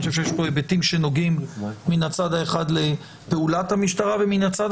אני חושב שיש פה היבטים שנוגעים מן הצד האחד לפעולת המשטרה ומן הצד